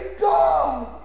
God